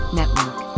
network